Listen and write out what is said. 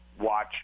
watch